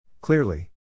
Clearly